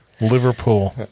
Liverpool